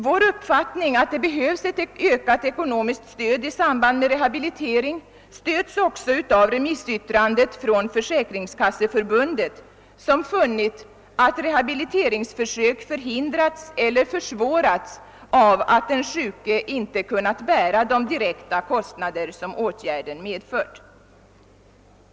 Vår uppfattning, att det behövs ett ökat ekonomiskt stöd i samband med rehabilitering, stöds också av remissyttrandet från Försäkringskasseförbundet, som funnit att rehabiliteringsförsök hindrats eller försvårats av att den sjuke inte kunnat bära de direkta kostnader som åtgärden medfört.